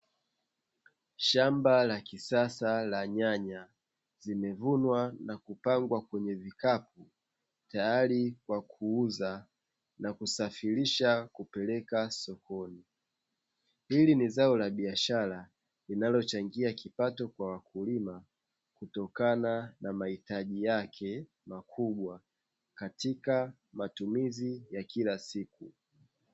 Shamba la kisasa la nyanya zimevunwa na kupangwa kwenye vikapu tayari kwa kuuza na kusafirisha kupeleka sokoni, hili ni zao la biashara linalochangia kipato kwa wakulima kutokana na mahitaji yake makubwa katika matumizi ya kila siku.